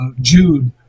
Jude